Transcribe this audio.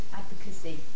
advocacy